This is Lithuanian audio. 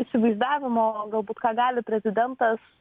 įsivaizdavimo galbūt ką gali prezidentas